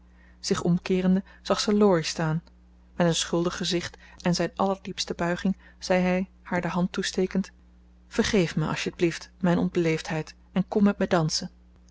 zich omkeerende zag ze laurie staan met een schuldig gezicht en zijn allerdiepste buiging zei hij haar de hand toestekend vergeef me als'tjeblieft mijn onbeleefdheid en kom met mij dansen